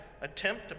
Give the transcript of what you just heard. attempt